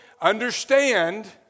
Understand